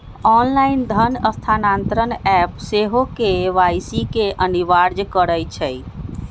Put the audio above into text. online धन स्थानान्तरण app सेहो के.वाई.सी के अनिवार्ज करइ छै